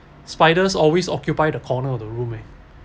spiders always occupied the corner of the room eh